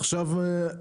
עכשיו,